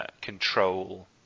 control